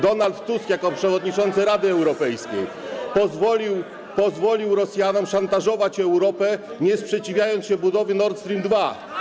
Donald Tusk jako przewodniczący Rady Europejskiej pozwolił Rosjanom szantażować Europę, [[Wesołość na sali]] nie sprzeciwiając się budowie Nord Stream 2.